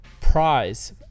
prize